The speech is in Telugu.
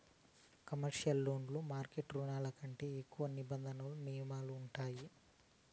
కమర్షియల్ లోన్లు మార్కెట్ రుణాల కంటే ఎక్కువ నిబంధనలు నియమాలు ఉంటాయి